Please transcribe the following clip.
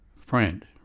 friend